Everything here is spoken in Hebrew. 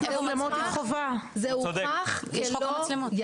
זה הוכח כלא יעיל.